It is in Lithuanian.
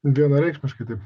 vienareikšmiškai taip